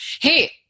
Hey